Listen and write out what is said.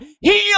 heal